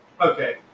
Okay